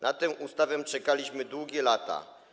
Na tę ustawę czekaliśmy długie lata.